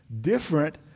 different